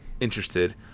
interested